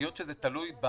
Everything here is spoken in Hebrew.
היות שזה תלוי,